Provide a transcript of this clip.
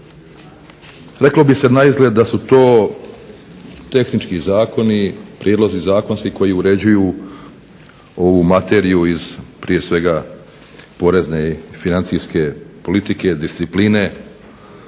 Reklo bi se naizgled da su to tehnički zakoni, prijedlozi zakonski koji uređuju ovu materiju prije svega iz porezne i financijske politike, discipline,